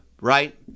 right